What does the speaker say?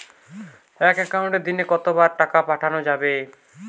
এক একাউন্টে দিনে কতবার টাকা পাঠানো যাবে?